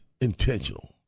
intentional